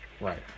Right